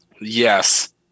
Yes